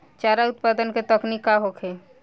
चारा उत्पादन के तकनीक का होखे?